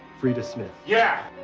friday smith. yeah!